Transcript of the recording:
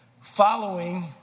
following